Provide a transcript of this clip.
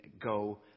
go